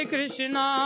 Krishna